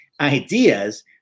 ideas